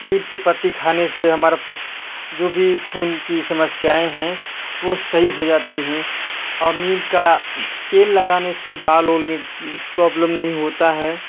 नीम की पत्ती खाने से हमारा प्रो जो भी खून की समस्याएँ हैं वह सही हो जाती हैं और नीम का तेल लगाने से बाल वाल में प्रॉब्लम नहीं होता है